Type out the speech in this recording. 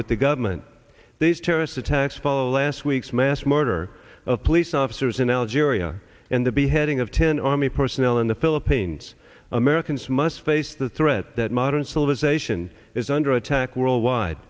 with the government these terrorist attacks follow last week's mass murder of police officers in algeria and the beheading of ten army personnel in the philippines americans must face the threat that modern civilization is under attack worldwide